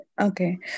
Okay